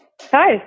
Hi